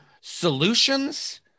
solutions